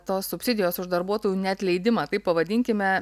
tos subsidijos už darbuotojų neatleidimą taip pavadinkime